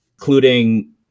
including